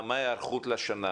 מה ההיערכות לשנה?